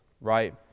right